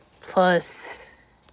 plus